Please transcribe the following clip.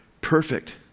perfect